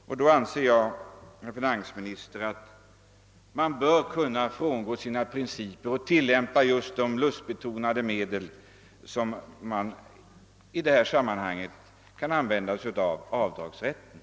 Under detta övergångsskede bör man, herr finansminister, kunna frångå sina principer och använda sig av det låt mig säga lustbetonade medel som avdragsrätten utgör.